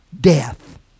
death